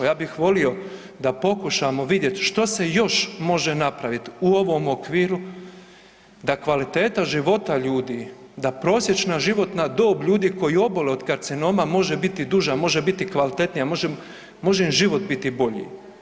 Ja bih volio da pokušamo vidjet što se još može napravit u ovom okviru da kvaliteta života ljudi, da prosječna život ljudi koji obole od karcinoma može biti duža, može biti kvalitetnija, može, može im život biti bolji.